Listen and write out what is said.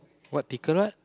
what tickler